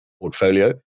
portfolio